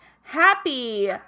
Happy